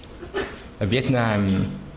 Vietnam